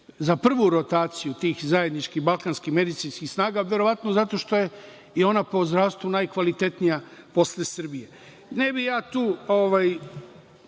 za prvu rotaciju tih zajedničkih balkanskih medicinskih snaga? Verovatno zato što je i ona po zdravstvu najkvalitetnija posle Srbije. Ne bih tu